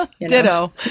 Ditto